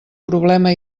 problema